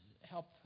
help